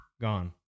gone